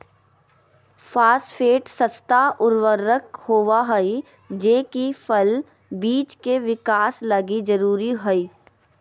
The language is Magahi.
फास्फेट सस्ता उर्वरक होबा हइ जे कि फल बिज के विकास लगी जरूरी हइ